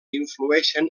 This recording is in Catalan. influïxen